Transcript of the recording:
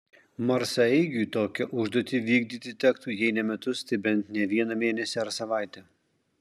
marsaeigiui tokią užduotį vykdyti tektų jei ne metus tai bent ne vieną mėnesį ar savaitę